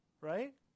Right